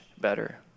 better